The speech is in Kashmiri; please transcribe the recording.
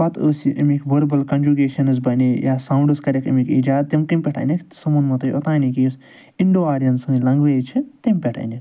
پتہٕ ٲسۍ یہِ أمیکۍ وربَل کَنجُگیشَنٕز بنایہِ یا سَونڈٕس کَریکھ أمیکۍ ایجاد تِم کٔمۍ پٮ۪ٹھ اَنیٚکھ سُہ وُنمَو تۄہہِ اوتانی کہ یُس اِنٛڈَو آرِیَن سٲنۍ لَنٛگویج چھِ تٔمۍ پٮ۪ٹھ اَنیکھ